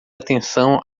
atenção